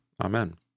Amen